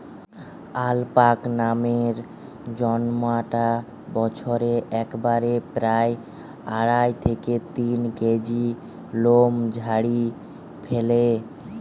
alpaca নামের জন্তুটা বছরে একবারে প্রায় আড়াই থেকে তিন কেজি লোম ঝাড়ি ফ্যালে